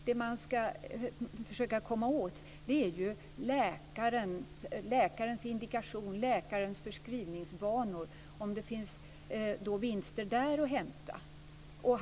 Det man skall försöka komma åt är ju läkarens indikation, läkarens förskrivningsvanor och om det finns vinster att hämta där.